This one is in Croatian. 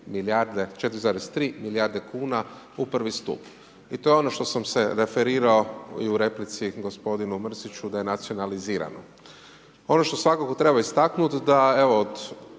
4,3 milijarde kuna u prvi stup. I to je ono što sam se referirao i u replici gospodinu Mrsiću da je nacionalizirano. Ono što svakako treba istaknuti, da evo, od